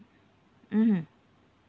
mmhmm